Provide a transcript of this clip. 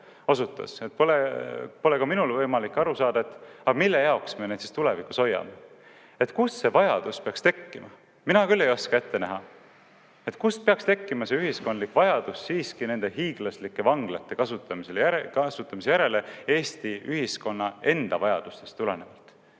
pole ka minul võimalik aru saada, mille jaoks me neid siis tulevikus hoiame. Kust see vajadus peaks tekkima? Mina küll ei oska ette näha, kust peaks tekkima see ühiskondlik vajadus nende hiiglaslike vanglate kasutamise järele Eesti ühiskonna enda vajadustest tulenevalt.